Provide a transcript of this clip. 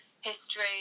history